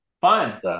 fine